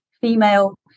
female